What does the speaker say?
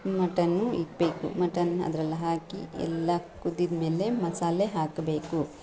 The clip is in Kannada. ಮಟನ್ನೂ ಇಕ್ಕಬೇಕು ಮಟನ್ ಅದ್ರಲ್ಲಿ ಹಾಕಿ ಎಲ್ಲ ಕುದಿದಮೇಲೆ ಮಸಾಲೆ ಹಾಕಬೇಕು